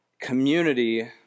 community